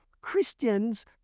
Christians